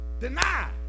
Denied